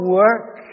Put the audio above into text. work